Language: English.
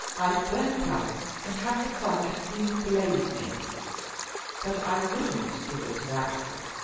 i'd burn it up and have the fun of seeing a blaze maybe but i wouldn't give it to that hall,